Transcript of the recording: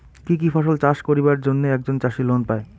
কি কি ফসল চাষ করিবার জন্যে একজন চাষী লোন পায়?